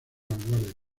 vanguardia